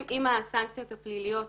עם הסנקציות הפליליות